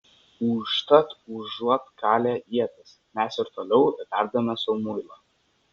užtat užuot kalę ietis mes ir toliau verdame sau muilą